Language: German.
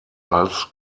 als